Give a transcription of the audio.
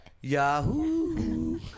Yahoo